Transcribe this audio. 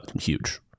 huge